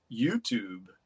YouTube